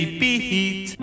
beat